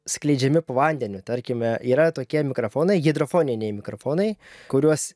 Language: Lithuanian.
skleidžiami po vandeniu tarkime yra tokie mikrofonai hidrofoniniai mikrofonai kuriuos